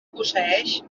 posseïx